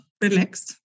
relaxed